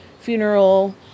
funeral